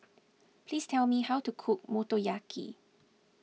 please tell me how to cook Motoyaki